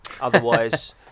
Otherwise